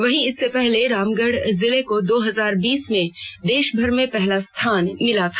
वहीं इससे पहले रामगढ़ जिले को दो हजार बीस में देशभर में पहला स्थान मिला था